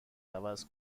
عوض